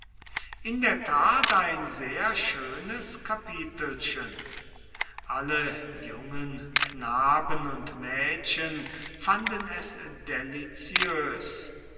in der tat ein sehr schönes kapitelchen alle jungen knaben und mädel fanden es